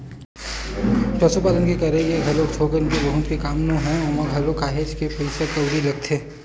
पसुपालन के करई ह घलोक थोक बहुत के काम नोहय ओमा घलोक काहेच के पइसा कउड़ी लगथे